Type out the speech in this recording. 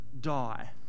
die